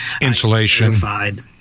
Insulation